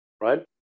right